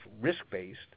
risk-based